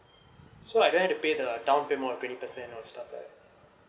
so I gonna have to pay the down payment of twenty percent